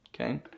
Okay